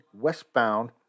westbound